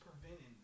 preventing